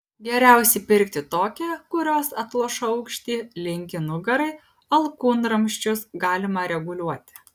geriausiai pirkti tokią kurios atlošo aukštį linkį nugarai alkūnramsčius galima reguliuoti